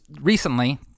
recently